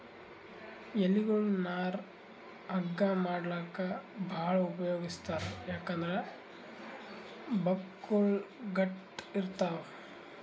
ಎಲಿಗೊಳ್ ನಾರ್ ಹಗ್ಗಾ ಮಾಡ್ಲಾಕ್ಕ್ ಭಾಳ್ ಉಪಯೋಗಿಸ್ತಾರ್ ಯಾಕಂದ್ರ್ ಬಕ್ಕುಳ್ ಗಟ್ಟ್ ಇರ್ತವ್